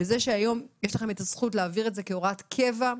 זה שהיום יש לכם את הזכות להעביר את זה כהוראת קבע,